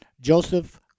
Joseph